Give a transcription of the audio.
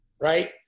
right